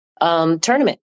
tournament